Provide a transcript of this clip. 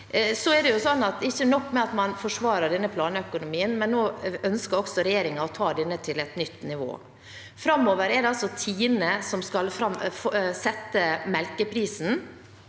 Det er ikke nok med at man forsvarer denne planøkonomien, men nå ønsker regjeringen også å ta den til et nytt nivå. Framover er det TINE som skal sette melkeprisen,